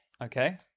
Okay